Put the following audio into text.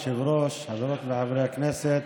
היושב-ראש, חברות וחברי הכנסת,